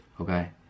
okay